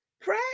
pray